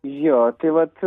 jo tai vat